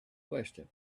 question